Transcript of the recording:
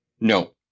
No